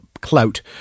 clout